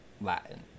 Latin